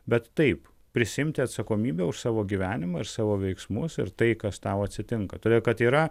bet taip prisiimti atsakomybę už savo gyvenimą ir savo veiksmus ir tai kas tau atsitinka todė kad yra